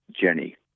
Jenny